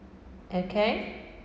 okay